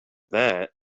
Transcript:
that